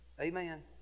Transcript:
Amen